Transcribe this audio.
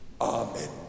amen